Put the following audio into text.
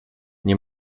nie